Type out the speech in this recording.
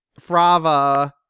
Frava